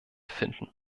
finden